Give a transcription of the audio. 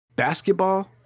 Basketball